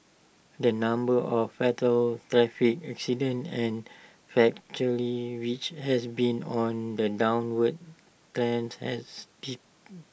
the number of fatal traffic accidents and which has been on the downward trend has dipped